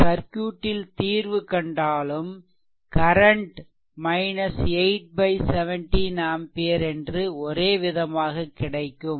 இந்த சர்க்யூட்டில் தீர்வு கண்டாலும் கரன்ட் 8 17 ஆம்பியர் என்று ஒரே விதமாக கிடைக்கும்